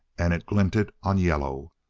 and it glinted on yellow.